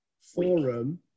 Forum